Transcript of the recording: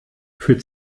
für